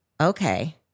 okay